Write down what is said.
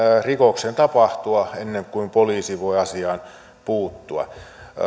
rikoksen tapahtua ennen kuin poliisi voi asiaan puuttua